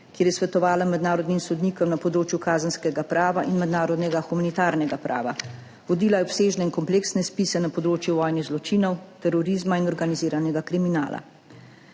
kjer je svetovala mednarodnim sodnikom na področju kazenskega prava in mednarodnega humanitarnega prava. Vodila je obsežne in kompleksne spise na področju vojnih zločinov, terorizma in organiziranega kriminala.